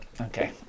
okay